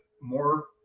more